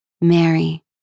Mary